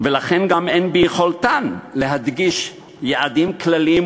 ולכן גם אין ביכולתן להדגיש יעדים כלליים